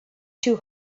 too